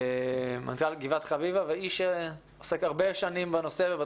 מנכ"ל גבעת חביבה ואיש שעוסק שנים רבות בתחום.